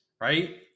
right